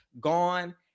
gone